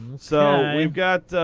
so we've got